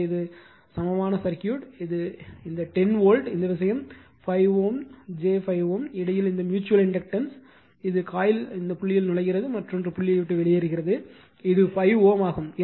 எனவே இது சமமான சர்க்யூட் இந்த 10 வோல்ட் இந்த விஷயம் 5 Ω j 5 Ω இடையில் இந்த ம்யூச்சுவல் இண்டக்டன்ஸ் இது காயிலில் புள்ளியில் நுழைகிறது மற்றொரு புள்ளியை விட்டு வெளியேறுகிறது இது 5 Ω ஆகும்